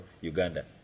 uganda